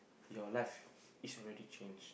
your life is already change